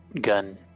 gun